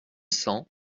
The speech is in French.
cents